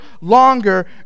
longer